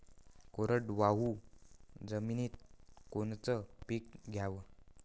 कोरडवाहू जमिनीत कोनचं पीक घ्याव?